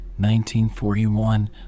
1941